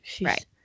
Right